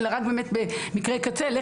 אלא רק באמת במקרי קצה,